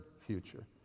future